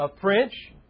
French